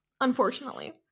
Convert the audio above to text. Unfortunately